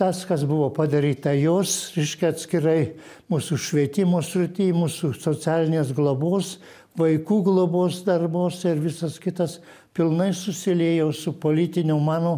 tas kas buvo padaryta jos reiškia atskirai mūsų švietimo srityj mūsų socialinės globos vaikų globos darbuose ir visas kitas pilnai susiliejo su politiniu mano